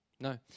No